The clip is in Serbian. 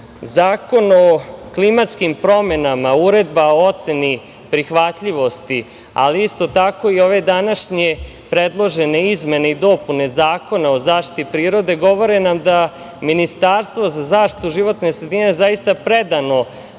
unije. Zakon o klimatskim promenama, Uredba o oceni prihvatljivosti, ali isto tako i ove današnje predložene izmene i dopune Zakona o zaštiti prirode govore nam da Ministarstvo za zaštitu životne sredine zaista predano